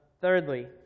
Thirdly